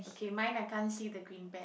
okay mine I can't see the green pant